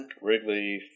Wrigley